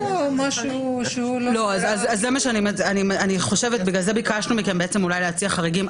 בגלל זה ביקשנו מכם להציע חריגים.